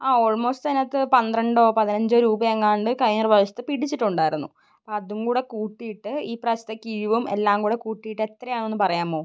ആ ഓൾമോസ്റ്റ് അതിനകത്ത് പന്ത്രണ്ടോ പതിനഞ്ചോ രൂപ എങ്ങാണ്ട് കഴിഞ്ഞ പ്രവ്ശ്യത്തെ പിടിച്ചിട്ടുണ്ടായിരുന്നു അതും കൂടെ കൂട്ടിയിട്ട് ഈ പ്രാവശ്യത്തെ കിഴിവും എല്ലാം കൂടെ കൂട്ടിയിട്ട് എത്രയാണ് ഒന്നു പറയാമോ